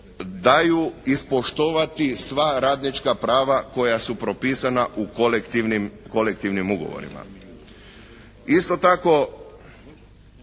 daju ispoštovati sva radnička prava koja su propisana u kolektivnim ugovorima. Isto tako